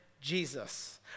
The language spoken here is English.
Jesus